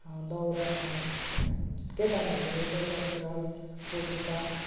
दौरा केटा मान्छेले दौरा सुरुवाल पटुका